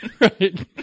Right